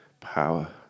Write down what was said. power